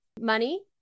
money